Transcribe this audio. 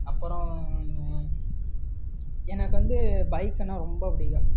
அப்புறம் எனக்கு வந்து பைக்குனா ரொம்ப பிடிக்கும்